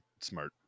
smart